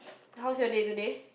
how's your day today